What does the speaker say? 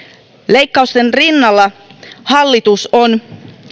leikkausten rinnalla hallitus on